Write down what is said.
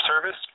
service